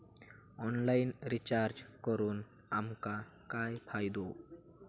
Online recharge करून आमका काय फायदो?